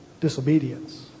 Disobedience